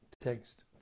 Text